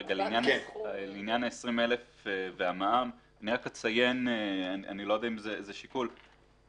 לעניין ה-20,000 והמע"מ - אני לא יודע אם זה שיקול,